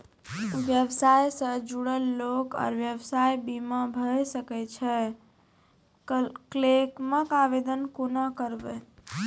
व्यवसाय सॅ जुड़ल लोक आर व्यवसायक बीमा भऽ सकैत छै? क्लेमक आवेदन कुना करवै?